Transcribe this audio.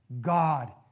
God